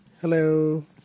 Hello